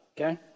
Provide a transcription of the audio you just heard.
okay